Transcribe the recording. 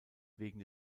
wegen